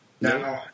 No